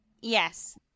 Yes